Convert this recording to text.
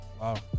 Wow